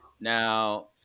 Now